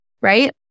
right